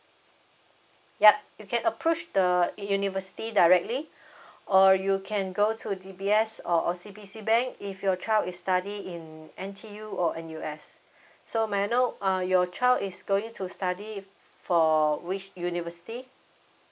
yup you can approach the university directly or you can go to D_B_S or O_C_B_C bank if your child is study in N_T_U or N_U_S so may I know uh your child is going to study for which university